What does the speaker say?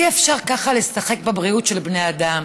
אי-אפשר ככה לשחק בבריאות של בני אדם.